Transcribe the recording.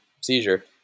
Seizure